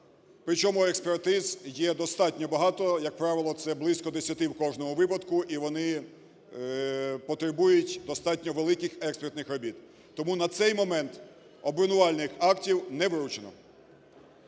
Причому експертиз є достатньо багато. Як правило, це близько десяти в кожному випадку, і вони потребують достатньо великих експертних робіт. Тому на цей момент обвинувальних актів не вручено.